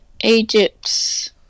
Egypt's